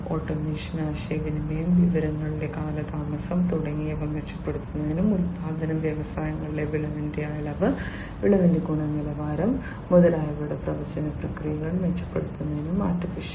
automation ആശയവിനിമയം വിവരങ്ങളുടെ കാലതാമസം തുടങ്ങിയവ മെച്ചപ്പെടുത്തുന്നതിനും ഉൽപ്പാദന വ്യവസായങ്ങളിലെ വിളവിന്റെ അളവ് വിളവിന്റെ ഗുണനിലവാരം മുതലായവയുടെ പ്രവചന പ്രക്രിയകൾ മെച്ചപ്പെടുത്തുന്നതിനും AI